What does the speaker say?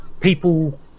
people